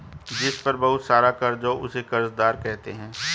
जिस पर बहुत सारा कर्ज हो उसे कर्जदार कहते हैं